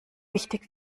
wichtig